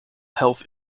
health